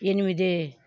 ఎనిమిది